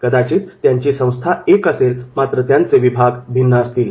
कदाचित त्यांची संस्था एक असेल मात्र त्यांचे विभाग भिन्न असतील